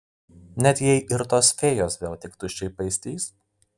net jei ir tos fėjos vėl tik tuščiai paistys